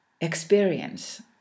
experience